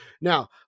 Now